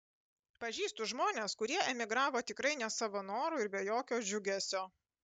pažįstu žmones kurie emigravo tikrai ne savo noru ir be jokio džiugesio